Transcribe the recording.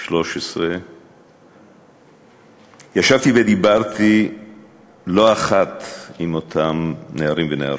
13. ישבתי ודיברתי לא אחת עם אותם נערים ונערות,